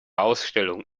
ausstellung